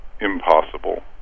impossible